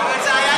אבל זה היה לפני,